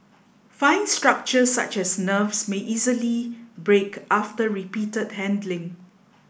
fine structures such as nerves may easily break after repeated handling